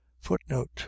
footnote